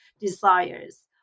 desires